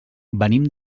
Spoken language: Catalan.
venim